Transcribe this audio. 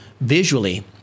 visually